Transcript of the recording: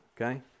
okay